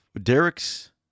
Derek's